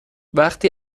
وقتی